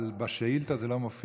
אבל בשאילתה זה לא מופיע,